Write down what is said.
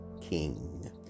King